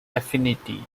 affinity